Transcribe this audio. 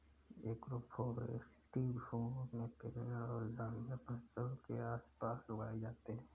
agroforestry भूमि में पेड़ और झाड़ियाँ फसल के आस पास उगाई जाते है